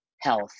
health